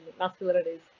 masculinities